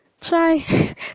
try